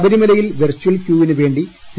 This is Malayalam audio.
ശബരിമലയിൽ വെർചൽ ക്യൂവിനു വേണ്ടി സി